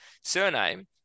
surname